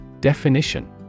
Definition